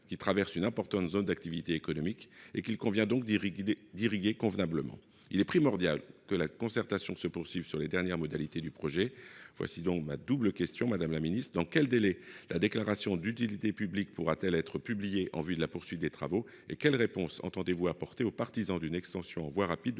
qui traverse une importante zone d'activité économique et qu'il convient donc d'irriguer convenablement. Il est primordial que la concertation se poursuive sur les dernières modalités du projet. Madame la ministre, dans quel délai la déclaration d'utilité publique pourra-t-elle être publiée en vue de la poursuite des travaux ? Par ailleurs, quelle réponse entendez-vous apporter aux partisans d'une extension en voie rapide de la portion de RN2 destinée à